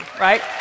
right